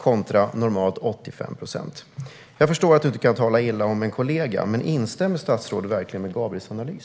Normalt är det 85 procent. Jag förstår att statsrådet inte kan tala illa om en kollega, men instämmer hon verkligen i Gabriels analys?